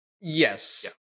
Yes